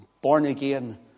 born-again